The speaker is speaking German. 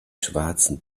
schwarzen